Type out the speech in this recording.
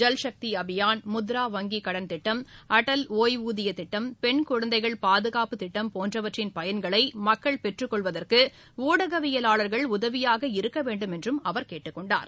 ஜல்சக்தி அபியான் முத்ரா வங்கிக் கடன் திட்டம் அடல் ஓய்வூதியத் திட்டம் பெண் குழந்தைகள் பாதுகாப்பு திட்டம் போன்றவற்றின் பயன்களை மக்கள் பெற்றுக் கொள்வதற்கு ஊடகவியலாளர்கள் உதவியாக இருக்க வேண்டும் என்றும் அவர் கேட்டுக்கொண்டார்